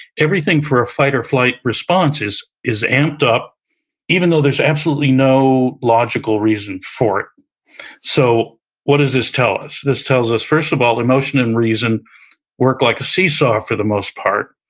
everything for a fight or flight response is is amped up even though there's absolutely no logical reason for it so what does this tell us? this tells us first of all, emotion and reason work like a seesaw, for the most part.